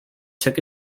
took